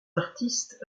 artistes